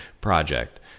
project